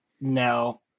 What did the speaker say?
No